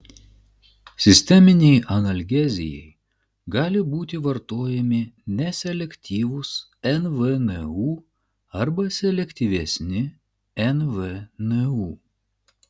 sisteminei analgezijai gali būti vartojami neselektyvūs nvnu arba selektyvesni nvnu